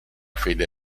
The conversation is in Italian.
fede